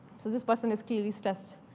so this person is clearly stressed.